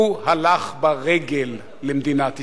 הוא הלך ברגל למדינת ישראל.